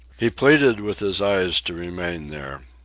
he pleaded with his eyes to remain there.